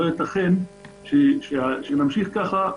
לא ייתכן שנמשיך כך.